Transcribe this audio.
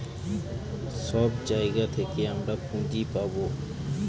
সব জায়গা থেকে আমরা পুঁজি পাবো